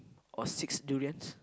or six durians